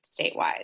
statewide